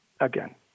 again